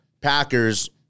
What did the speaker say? Packers